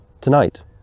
tonight